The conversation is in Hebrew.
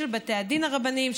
של בתי הדין הרבניים,